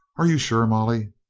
are you sure, molly?